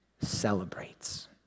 celebrates